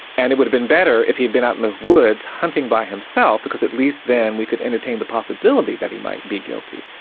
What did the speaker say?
and it would've been better if he'd been out in the woods hunting by himself, because at least then we could entertain the possibility that he might be guilty,